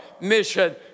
mission